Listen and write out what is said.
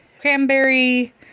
cranberry